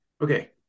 Okay